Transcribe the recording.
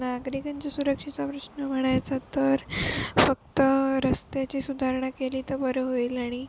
नागरिकांच्या सुरक्षेचा प्रश्न म्हणायचा तर फक्त रस्त्याची सुधारणा केली तर बरं होईल आणि